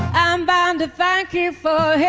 bound to thank you for